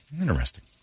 Interesting